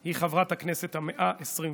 היא חברת הכנסת ה-121.